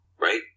right